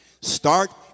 Start